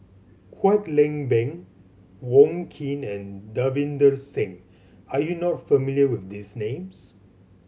Kwek Leng Beng Wong Keen and Davinder Singh are you not familiar with these names